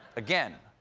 again,